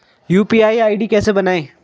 UPI ID कैसे बनाएं?